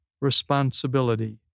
responsibility